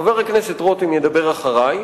חבר הכנסת רותם ידבר אחרי.